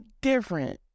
different